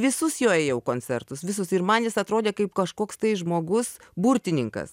visus jo ėjau koncertus visus ir man jis atrodė kaip kažkoks tai žmogus burtininkas